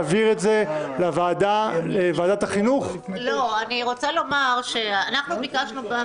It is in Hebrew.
ועדה לדיון בהצעה לסדר היום בנושא "פגיעה בשוויון מגדרי